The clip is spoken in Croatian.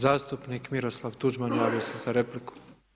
Zastupnik Miroslav Tuđman, javio se za repliku.